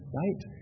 right